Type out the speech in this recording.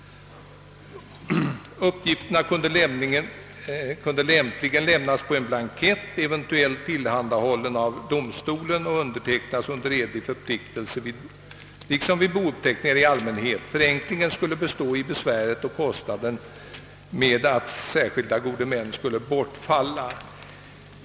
Uppgifterna kunde lämpligen lämnas på en. blankett, eventuellt tillhandahållen av domstolen, som undertecknas under edlig förpliktelse liksom fallet är vid bouppteckningar i allmänhet. Förenklingen skulle bestå däri att besväret och kostnaden i samband med anlitandet av gode män skulle bortfalla.